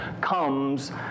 comes